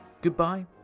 goodbye